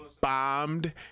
bombed